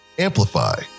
Amplify